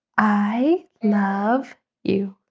i love you.